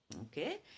okay